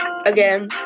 again